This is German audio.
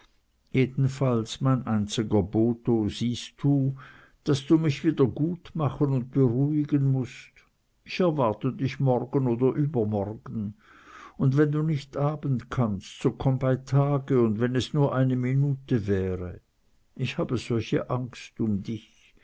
jedenfalls mein einziger botho siehst du daß du mich wieder gutmachen und beruhigen mußt ich erwarte dich morgen oder übermorgen und wenn du nicht abend kannst so komme bei tag und wenn es nur eine minute wäre ich habe solche angst um dich